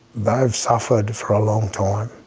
they've suffered for a long time.